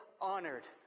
honored